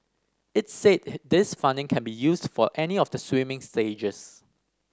it said this funding can be used for any of the swimming stages